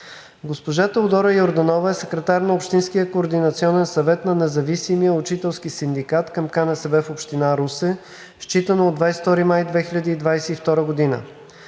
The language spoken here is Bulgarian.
Госпожа Теодора Йорданова е секретар на Общинския координационен съвет на Независимия учителски синдикат към КНСБ в община Русе, считано от 22 май 2020 г.